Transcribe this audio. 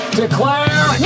declare